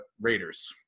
Raiders